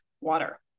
water